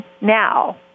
Now